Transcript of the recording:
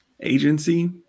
agency